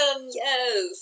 Yes